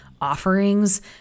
offerings